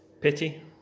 Pity